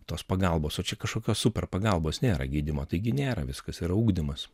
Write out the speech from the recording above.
tos pagalbos o čia kažkokios super pagalbos nėra gydymo taigi nėra viskas yra ugdymas